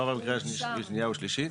לא עבר בקריאה שנייה ושלישית.